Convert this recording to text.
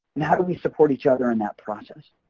and how do we support each other in that process.